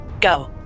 Go